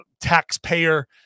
taxpayer